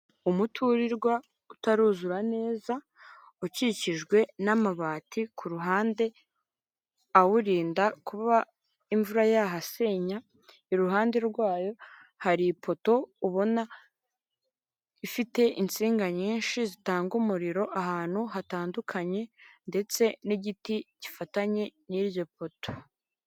Umuturirwa utaruzura neza, ukikijwe n'amabati ku ruhande awurinda kuba imvura yahasenya, i ruhande rwayo hari ipoto ubona ifite insinga nyinshi zitanga umuriro ahantu hatandukanye, ndetse n'igiti gifatanye n'iryo poto.